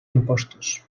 impostos